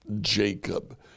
Jacob